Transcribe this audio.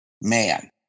Man